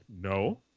no